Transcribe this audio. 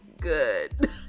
good